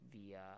via